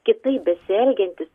kitaip besielgiantis